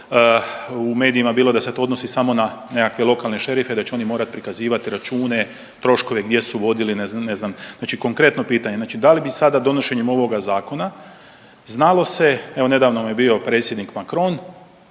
u medijima bilo da se to odnosi samo na nekakve lokalne šerife, da će oni morati prikazivati račune, troškove gdje su vodili ne znam, znači konkretno pitanje, znači da li bi sada donošenje ovoga zakona znalo se evo nedavno nam je bio predsjednik Macron,